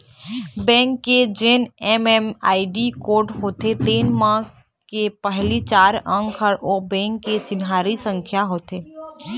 bank के जेन MMID code होथे तेन म के पहिली चार अंक ह ओ बेंक के चिन्हारी संख्या होथे